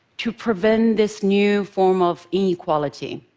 to prevent this new form of inequality.